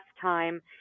time